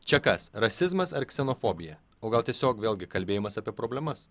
čia kas rasizmas ar ksenofobija o gal tiesiog vėlgi kalbėjimas apie problemas